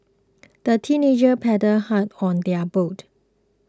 the teenagers paddled hard on their boat